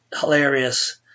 hilarious